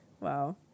Wow